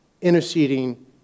interceding